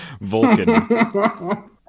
vulcan